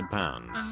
pounds